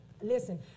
Listen